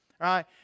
Right